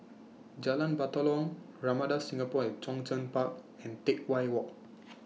Jalan Batalong Ramada Singapore At Zhongshan Park and Teck Whye Walk